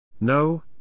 No